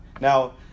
Now